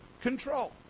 control